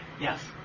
yes